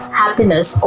happiness